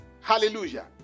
Hallelujah